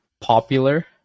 popular